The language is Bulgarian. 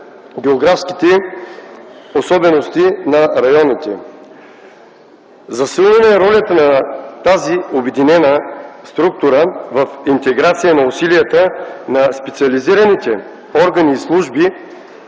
географските особености на районите, засилване ролята на тази обединена структура в интеграция на усилията на специализираните органи и служби